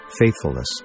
Faithfulness